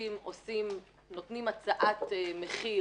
שיפוצים נותנים הצעת מחיר